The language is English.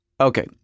Okay